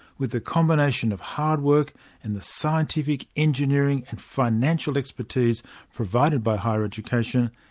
with the combination of hard work and the scientific, engineering and financial expertise provided by higher education,